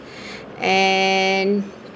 and